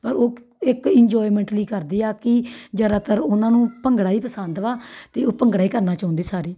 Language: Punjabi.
ਪਰ ਉਹ ਇੱਕ ਇੰਜੋਇਮੈਂਟ ਲਈ ਕਰਦੇ ਆ ਕਿ ਜ਼ਿਆਦਾਤਰ ਉਹਨਾਂ ਨੂੰ ਭੰਗੜਾ ਹੀ ਪਸੰਦ ਵਾ ਅਤੇ ਉਹ ਭੰਗੜਾ ਹੀ ਕਰਨਾ ਚਾਹੁੰਦੇ ਸਾਰੇ